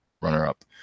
runner-up